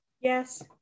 Yes